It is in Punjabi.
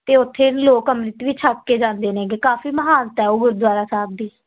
ਅਤੇ ਉੱਥੇ ਵੀ ਲੋਕ ਅੰਮ੍ਰਿਤ ਵੀ ਛੱਕ ਕੇ ਜਾਂਦੇ ਨੇਗੇ ਕਾਫੀ ਮਹਾਨਤਾ ਉਹ ਗੁਰਦੁਆਰਾ ਸਾਹਿਬ ਦੀ